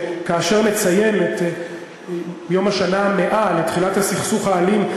כאשר נציין את יום השנה ה-100 לתחילת הסכסוך האלים,